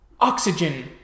oxygen